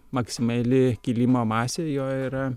maksimali kilimo masė jo yra